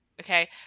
Okay